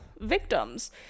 victims